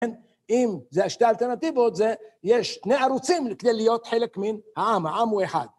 אם זה השתי אלטרנטיבות זה יש שני ערוצים כדי להיות חלק מן העם, העם הוא אחד.